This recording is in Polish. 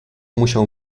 musiał